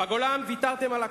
בגולן ויתרתם על הכול,